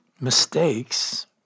mistakes